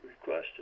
requested